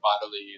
bodily